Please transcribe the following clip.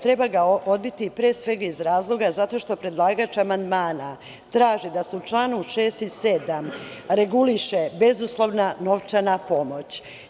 Treba ga odbiti pre svega iz razloga zato što predlagač amandmana traži da se u čl. 6. i 7. reguliše bezuslovna novčana pomoć.